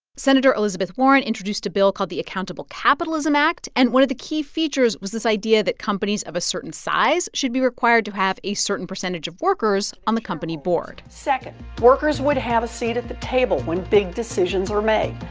senator elizabeth warren introduced a bill called the accountable capitalism act. and one of the key features was this idea that companies of a certain size should be required to have a certain percentage of workers on the company board second, workers would have a seat at the table when big decisions are made.